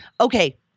okay